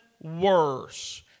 worse